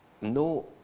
no